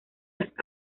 las